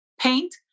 paint